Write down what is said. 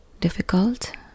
difficult